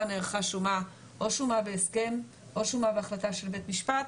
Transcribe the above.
נערכה או שומה בהסכם או שומה בהחלטה של בית משפט,